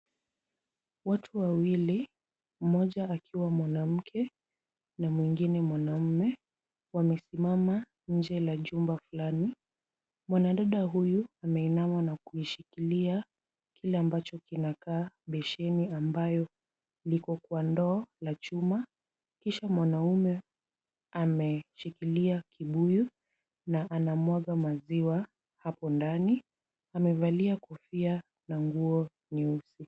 Watu wawili, mmoja akiwa mwanamke na mwingine mwanaume wamesimama nje ya jumba fulani. Mwana dada huyu ameinama na kushikilia kile ambacho kinakaa besheni ambayo liko kwa ndoo la chuma kisha mwanaume ameshikilia kibuyu na anamwaga maziwa hapo ndani. Amevalia kofia na nguo nyeusi.